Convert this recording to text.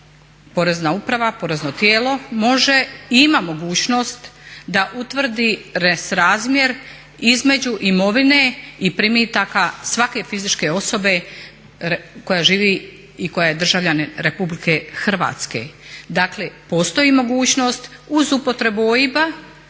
porezna uprava, porezno tijelo, može i ima mogućnost da utvrdi nesrazmjer između imovine i primitaka svake fizičke osobe koja živi i koja je državljanin Republike Hrvatske. Dakle postoji mogućnost uz upotrebu